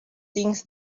things